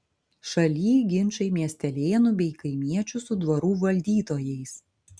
šaly ginčai miestelėnų bei kaimiečių su dvarų valdytojais